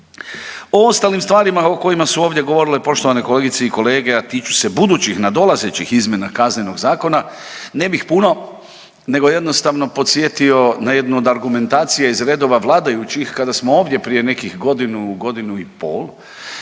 O ostalim stvarima o kojima su ovdje govorile poštovane kolegice i kolege, a tiču se budućih, nadolazećih izmjena Kaznenog zakona ne bih puno nego jednostavno podsjetio na jednu od argumentacija iz redova vladajućih kada smo ovdje prije nekih godinu, godinu i pol